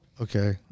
Okay